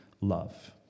love